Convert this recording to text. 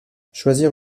choisir